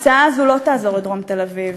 ההצעה הזאת לא תעזור לדרום תל-אביב.